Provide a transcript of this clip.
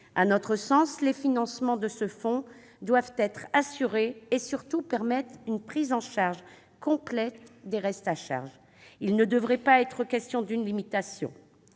À notre sens, les financements de ce fonds doivent être assurés et, surtout, permettre une prise en charge complète des restes à charge. Il ne devrait pas être question d'une limitation.